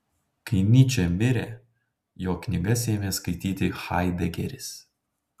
kai nyčė mirė jo knygas ėmė skaityti haidegeris